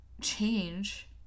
change